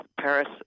Paris